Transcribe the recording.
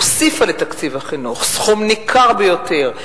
הוסיפה לתקציב החינוך סכום ניכר ביותר,